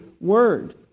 word